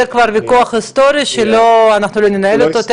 זה כבר ויכוח היסטורי שאנחנו לא ננהל אותו,